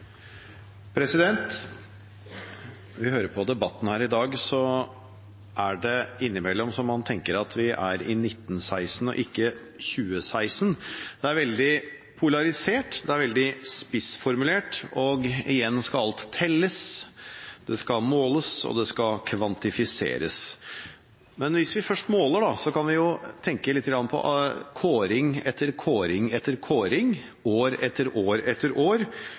på debatten her i dag, er det innimellom slik at man tenker at vi er i 1916 og ikke 2016. Det er veldig polarisert, det er veldig spissformulert, og igjen skal alt telles, det skal måles, og det skal kvantifiseres. Men hvis vi først skal måle, kan vi tenke litt på kåring etter kåring etter kåring – år etter år etter år